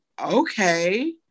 okay